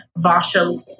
Vasha